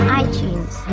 itunes